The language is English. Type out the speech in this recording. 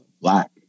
black